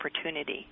opportunity